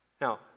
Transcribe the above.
Now